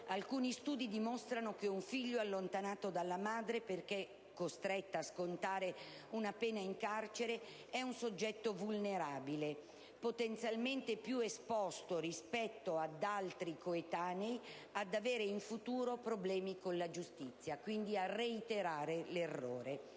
Alcuni studi dimostrano infatti che un figlio allontanato dalla madre, perché costretta a scontare una pena in carcere, è un soggetto vulnerabile, potenzialmente più esposto rispetto ad altri coetanei ad avere in futuro problemi con la giustizia e quindi a reiterare l'errore.